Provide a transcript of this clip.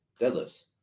deadlifts